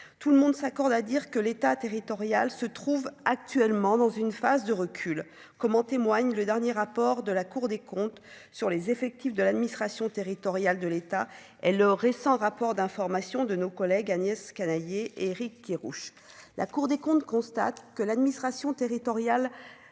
tout le monde s'accorde à dire que l'État territorial se trouve actuellement dans une phase de recul, comme en témoigne le dernier rapport de la Cour des comptes sur les effectifs de l'administration territoriale de l'État et le récent rapport d'information de nos collègues Agnès Canayer Éric Kerrouche la Cour des comptes constate que l'administration territoriale